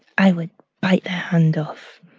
i would bite their hand off.